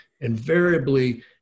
invariably